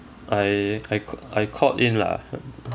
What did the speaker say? I I ca~ I called in lah